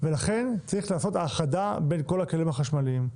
ולכן צריך לעשות האחדה בין הכלים החשמליים.